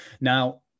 Now